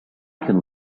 can